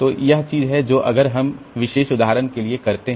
तो यह वह चीज है जो अगर हम उस विशेष उदाहरण के लिए करते हैं